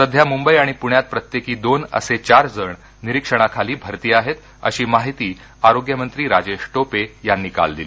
सध्या मुंबई आणि पृण्यात प्रत्येकी दोन असे चार जण निरीक्षणाखाली भरती आहेत अशी माहिती आरोग्यमंत्री राजेश टोपे यांनी काल दिली